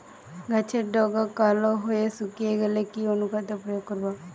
গাছের ডগা কালো হয়ে শুকিয়ে গেলে কি অনুখাদ্য প্রয়োগ করব?